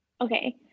Okay